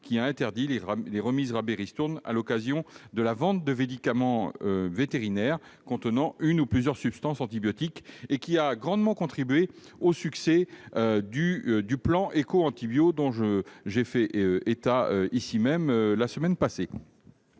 qui a interdit les remises, rabais et ristournes à l'occasion de la vente de médicaments vétérinaires contenant une ou plusieurs substances antibiotiques et qui a grandement contribué au succès du plan Écoantibio dont j'ai fait état ici même la semaine passée.